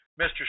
Mr